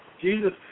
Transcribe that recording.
Jesus